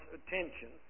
attention